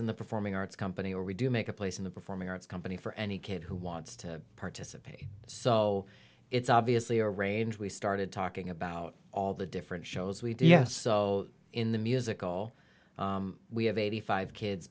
in the performing arts company or we do make a place in the performing arts company for any kid who wants to participate so it's obviously a range we started talking about all the different shows we did yes so in the musical we have eighty five kids